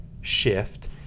shift